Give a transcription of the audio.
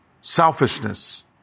selfishness